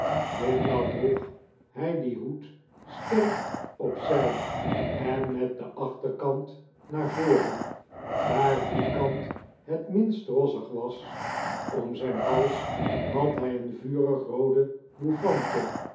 ditmaal droeg hij dien hoed sterk op zij en met den achterkant naar voren daar die kant het minst rossig was om zijn hals had hij een vurig roode